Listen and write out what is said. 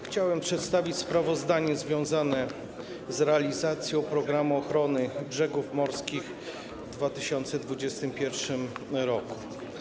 Chciałem przedstawić sprawozdanie związane z realizacją ˝Programu ochrony brzegów morskich˝ w 2021 r.